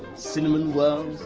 cinnamon whirls.